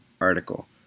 article